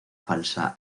falsa